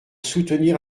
soutenir